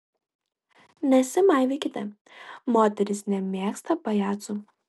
nesimaivykite moterys nemėgsta pajacų